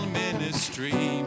ministry